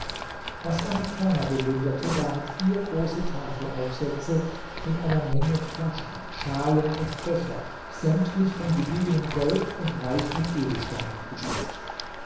was er noch ferner bewunderte waren vier große tafelaufsätze mit einer menge flaschen schalen und becher sämtlich von gediegenem gold und reich mit edelsteinen geschmückt